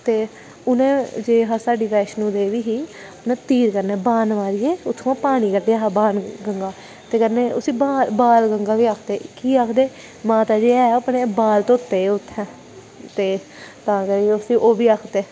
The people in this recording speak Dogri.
ते उ'नें जे हा साढ़ी बैष्णो देवी ही उ'नें तीर कन्नै बाण मारियै उत्थुआं पानी कड्डियां हा बाण गंगा दा ते कन्नै उसी बाल गंगा बी आखदे की आखदे माता ने अपने बाल धोते हे उत्थें ते तां करियै उसी ओह् बी आखदे